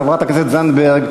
חברת הכנסת זנדברג,